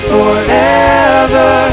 forever